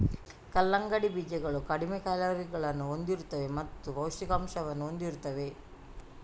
ಕಲ್ಲಂಗಡಿ ಬೀಜಗಳು ಕಡಿಮೆ ಕ್ಯಾಲೋರಿಗಳನ್ನು ಹೊಂದಿರುತ್ತವೆ ಮತ್ತು ಪೌಷ್ಠಿಕಾಂಶವನ್ನು ಹೊಂದಿರುತ್ತವೆ